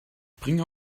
bringe